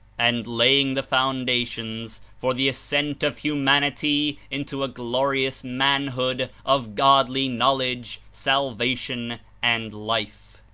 and laying the foundations for the ascent of humanity into a glorious manhood of godly knowledge, salvation and life.